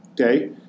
okay